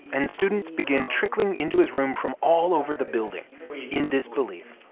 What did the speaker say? and students begin trickling into his room from all over the building in disbelief.